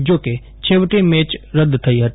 જોકે છેવટે મેચ રદ થઇ હતી